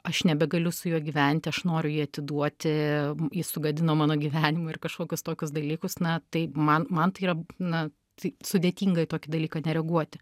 aš nebegaliu su juo gyventi aš noriu jį atiduoti jis sugadino mano gyvenimą ir kažkokius tokius dalykus na tai man man tai yra na tai sudėtinga į tokį dalyką nereaguoti